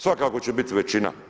Svakako će biti većina.